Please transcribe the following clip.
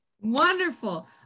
Wonderful